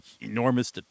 enormous